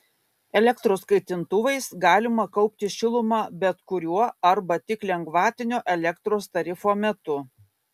elektros kaitintuvais galima kaupti šilumą bet kuriuo arba tik lengvatinio elektros tarifo metu